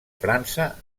frança